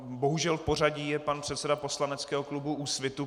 Bohužel v pořadí je pan předseda poslaneckého klubu Úsvitu.